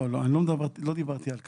לא, אני לא דיברתי על קסדה.